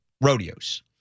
rodeos